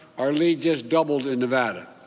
our lead just doubled in nevada.